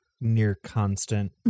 near-constant